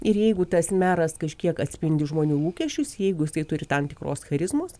ir jeigu tas meras kažkiek atspindi žmonių lūkesčius jeigu jisai turi tam tikros charizmos